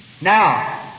Now